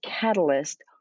catalyst